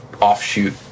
offshoot